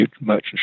merchant